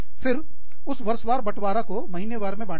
फिर उस वर्ष वार बटवारा को महीने वार बांट दें